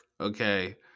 okay